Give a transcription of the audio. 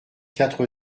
quatre